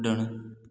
कुड॒णु